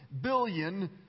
billion